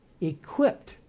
equipped